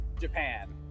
japan